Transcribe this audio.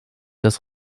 das